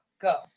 Go